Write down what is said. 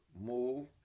move